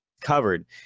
covered